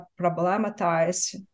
problematize